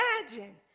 imagine